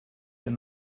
hier